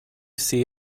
see